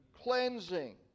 cleansing